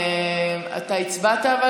אבל אתה הצבעת?